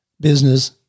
business